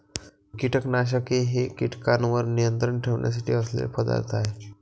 कीटकनाशके हे कीटकांवर नियंत्रण ठेवण्यासाठी असलेले पदार्थ आहेत